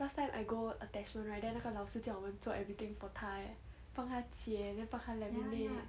last time I go attachment right then 那个老师叫我们做 everything for 她 eh 帮她剪 then 帮她 laminate